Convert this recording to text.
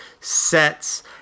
sets